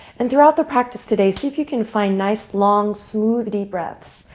and throughout the practice today, see if you can find nice, long, smooth deep breaths.